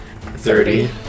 Thirty